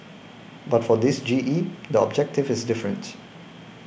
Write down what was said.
but for this G E the objective is different